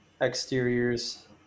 exteriors